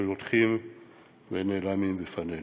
שהולכים ונעלמים לפנינו.